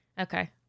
Okay